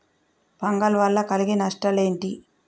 Fungal వల్ల కలిగే నష్టలేంటి?